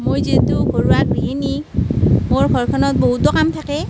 মই যিহেতু ঘৰুৱা গৃহিণী মোৰ ঘৰখনত বহুতো কাম থাকে